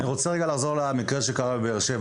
אני רוצה לחזור למקרה שקרה בבאר שבע.